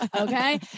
Okay